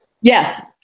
Yes